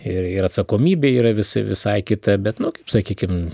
ir ir atsakomybė yra vis visai kita bet nu kaip sakykim